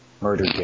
Murder